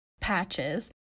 patches